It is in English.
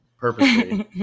purposely